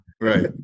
Right